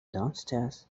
downstairs